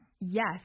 Yes